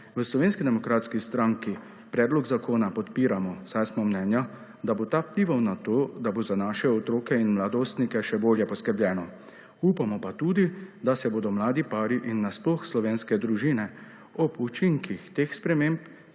V Slovenski demokratski stranki predlog zakona podpiramo, saj smo mnenja, da bo ta vplival na to, da bo za naše otroke in mladostnike še bolje poskrbljeno. Upamo pa tudi, da se bodo mladi pari in nasploh slovenske družine ob učinkih teh sprememb